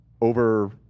over